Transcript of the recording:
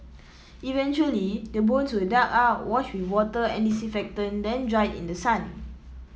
eventually the bones were dug out washed with water and disinfectant then dried in the sun